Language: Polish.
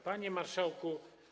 Panie Marszałku!